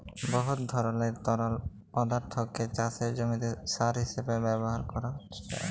বহুত ধরলের তরল পদাথ্থকে চাষের জমিতে সার হিঁসাবে ব্যাভার ক্যরা যায়